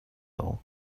all